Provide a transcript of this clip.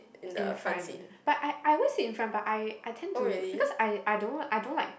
in front but I I always sit in front but I I tend to because I I don't I don't like